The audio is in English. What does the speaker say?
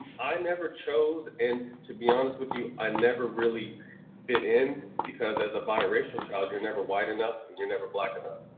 i never chose. and to be honest with you, i never really fit in because as a biracial child, you're never white enough and you're never black enough.